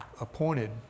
appointed